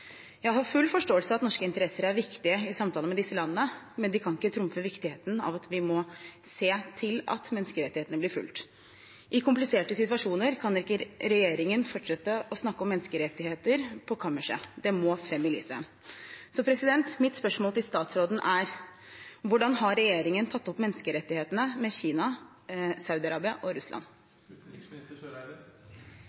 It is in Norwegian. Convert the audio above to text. Jeg har full forståelse for at norske interesser er viktige i samtaler med disse landene, men de kan ikke trumfe viktigheten av at vi må se til at menneskerettighetene blir fulgt. I kompliserte situasjoner kan ikke regjeringen fortsette å snakke om menneskerettigheter på kammerset – det må fram i lyset. Mitt spørsmål til utenriksministeren er: Hvordan har regjeringen tatt opp menneskerettighetene med Kina, Saudi-Arabia og Russland?